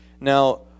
Now